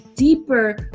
deeper